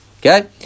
Okay